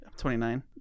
29